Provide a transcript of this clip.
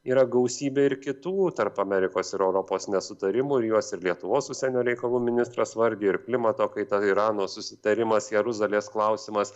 yra gausybė ir kitų tarp amerikos ir europos nesutarimų ir juos ir lietuvos užsienio reikalų ministras vardijo ir klimato kaita irano susitarimas jeruzalės klausimas